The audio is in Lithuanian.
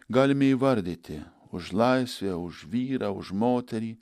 galime įvardyti už laisvę už vyrą už moterį